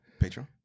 Patreon